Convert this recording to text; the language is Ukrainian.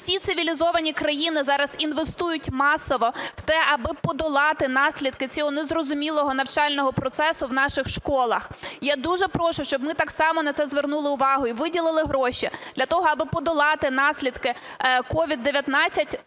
Всі цивілізовані країни зараз інвестують масово в те, аби подолати наслідки цього незрозумілого навчального процесу в наших школах. Я дуже прошу, щоб ми так само на це звернули увагу і виділили гроші, для того, аби подолати наслідки COVID-19,